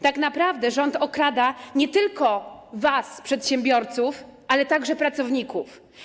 Tak naprawdę rząd okrada nie tylko was, przedsiębiorców, ale także pracowników.